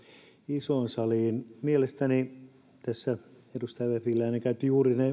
isoon saliin mielestäni tässä edustaja vehviläinen käytti juuri